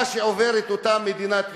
שעוברת אותה מדינת ישראל.